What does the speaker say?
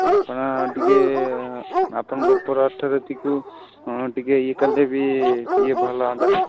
ଆପଣ ଟିକେ ଆପଣଙ୍କ ଉପର ଅଥୋରିଟିକୁ ଟିକେ ଇଏ କଲେ ବି ଟିକେ ଭଲ ହୁଅନ୍ତା